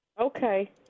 Okay